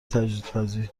تجدیدپذیر